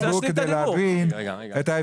אני ביקשתי להבין את ההפסד.